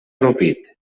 rupit